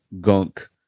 gunk